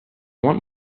want